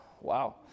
Wow